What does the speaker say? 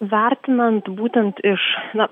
vertinant būtent iš na